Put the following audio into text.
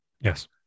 Yes